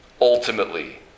ultimately